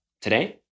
today